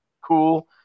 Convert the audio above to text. cool